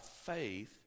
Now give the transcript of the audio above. faith